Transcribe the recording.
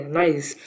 nice